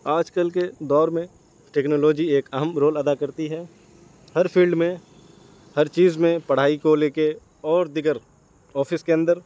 آج کل کے دور میں ٹیکنالوجی ایک اہم رول ادا کرتی ہے ہر فیلڈ میں ہر چیز میں پڑھائی کو لے کے اور دیگر آفس کے اندر